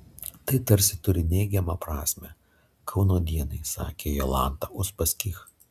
tai tarsi turi neigiamą prasmę kauno dienai sakė jolanta uspaskich